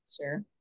sure